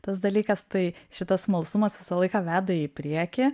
tas dalykas tai šitas smalsumas visą laiką veda į priekį